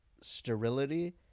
sterility